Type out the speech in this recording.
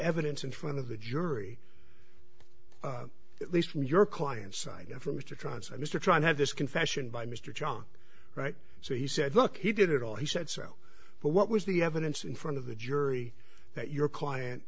evidence in front of the jury at least from your client side from mr johnson mr try and have this confession by mr john wright so he said look he did it all he said so but what was the evidence in front of the jury that your client